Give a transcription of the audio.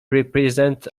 represent